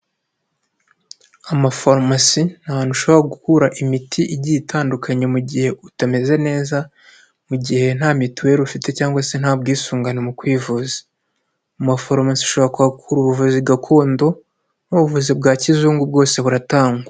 Amafarumasi ni ahantu ushobora gukura imiti igiye itandukanye mu gihe utameze neza mu gihe nta Mituweli ufite cyangwa se nta bwisungane mu kwivuza, mu maforumasi ushobora kuhakura ubuvuzi gakondo n'ubuvuzi bwa kizungu bwose buratangwa.